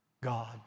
God